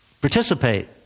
participate